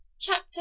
Chapter